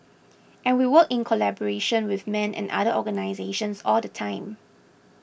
and we work in collaboration with men and other organisations all the time